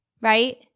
right